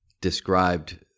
described